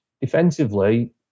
Defensively